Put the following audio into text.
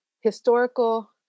historical